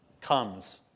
comes